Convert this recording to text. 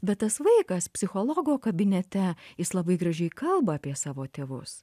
bet tas vaikas psichologo kabinete jis labai gražiai kalba apie savo tėvus